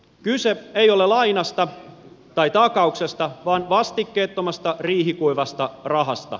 kyse ei ole lainasta tai takauksesta vaan vastikkeettomasta riihikuivasta rahasta